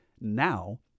now